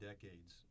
decades